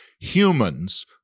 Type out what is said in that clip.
humans